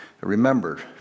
remember